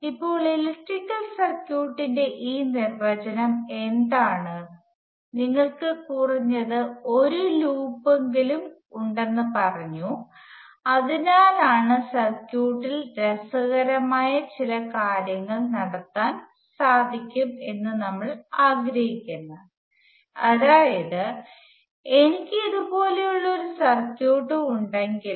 ഇപ്പോൾ ഇലക്ട്രിക്കൽ സർക്യൂട്ടിന്റെ ഈ നിർവചനം എന്താണ് നിങ്ങൾക്ക് കുറഞ്ഞത് ഒരു ലൂപ്പെങ്കിലും ഉണ്ടെന്ന് പറഞ്ഞു അതിനാലാണ് സർക്യൂട്ടിൽ രസകരമായ ചില കാര്യങ്ങൾ നടത്താൻ സാധിക്കും എന്ന് നമ്മൾ ആഗ്രഹിക്കുന്നത് അതായത് എനിക്ക് ഇതുപോലുള്ള ഒരു സർക്യൂട്ട് ഉണ്ടെങ്കിൽ